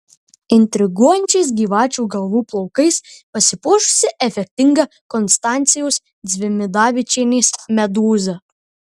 intriguojančiais gyvačių galvų plaukais pasipuošusi efektinga konstancijos dzimidavičienės medūza